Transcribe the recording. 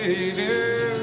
Savior